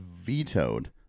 vetoed